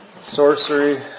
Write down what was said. sorcery